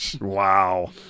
Wow